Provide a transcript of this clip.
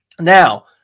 Now